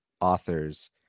authors